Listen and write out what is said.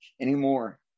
anymore